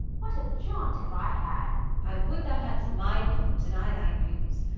what a jaunt have i had! i would thou hadst my bones, and i thy news